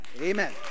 Amen